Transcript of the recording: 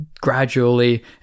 gradually